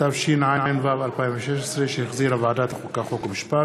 התשע"ו 2016, שהחזירה ועדת החוקה, חוק ומשפט.